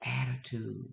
attitude